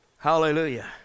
Hallelujah